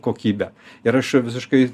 kokybę ir aš visiškai